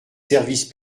services